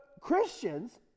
Christians